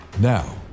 Now